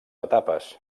etapes